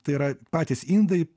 tai yra patys indai